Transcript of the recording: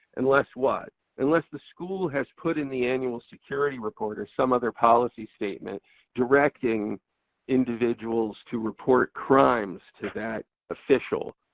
unless what? unless the school has put in the annual security report or some other policy statement directing individuals to report crimes to that official.